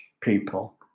people